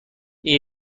این